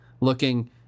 looking